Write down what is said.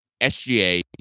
SGA